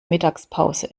mittagspause